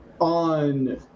On